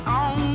on